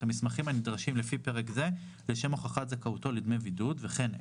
המסמכים הנדרשים לפי פרק זה לשם הוכחת זכאותו לדמי בידוד וכן את".